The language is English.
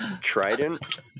Trident